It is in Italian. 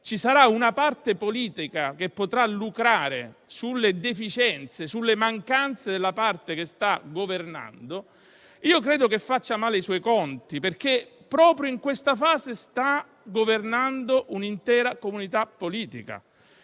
ci sarà una parte politica che potrà lucrare sulle deficienze e sulle mancanze della parte che sta governando, credo che faccia male i suoi conti. Proprio in questa fase sta governando un'intera comunità politica